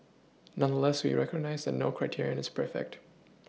nonetheless we recognise that no criterion is perfect